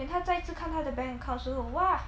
then 他再次看他 bank account 的时候 !wah!